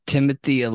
Timothy